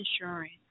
insurance